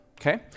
Okay